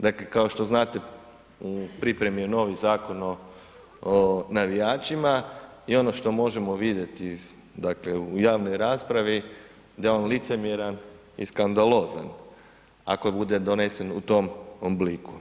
Dakle kao što znate, u pripremi je novi Zakon o navijačima i ono što možemo vidjeti u javnoj raspravi, da je on licemjeran i skandalozan ako bude donesen u tom obliku.